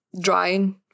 drying